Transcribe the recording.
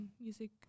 music